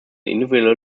individuelle